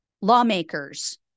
lawmakers